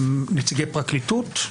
נציגי פרקליטות.